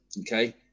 Okay